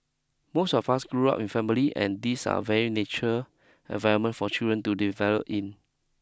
most of us grew up in family and these are very nature environment for children to develop in